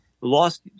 lost